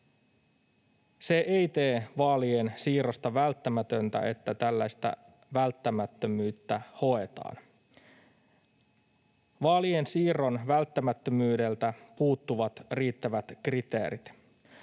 Se ei tee vaalien siirrosta välttämätöntä, että tällaista välttämättömyyttä hoetaan. Vaalien siirron välttämättömyydeltä puuttuvat riittävät kriteerit.